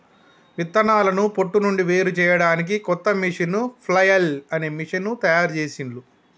విత్తనాలను పొట్టు నుండి వేరుచేయడానికి కొత్త మెషీను ఫ్లఐల్ అనే మెషీను తయారుచేసిండ్లు